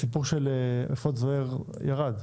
הסיפור של אפוד זוהר ירד.